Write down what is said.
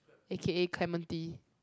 a_k_a clementi